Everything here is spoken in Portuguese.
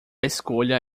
escolha